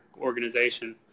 organization